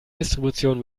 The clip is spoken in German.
distribution